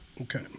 Okay